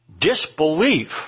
Disbelief